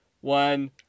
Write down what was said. one